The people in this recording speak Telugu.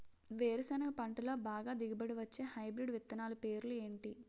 వేరుసెనగ పంటలో బాగా దిగుబడి వచ్చే హైబ్రిడ్ విత్తనాలు పేర్లు ఏంటి?